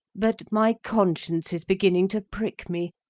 but my conscience is beginning to prick me.